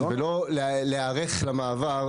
ולא להיערך למעבר,